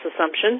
assumption